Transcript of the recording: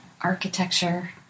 architecture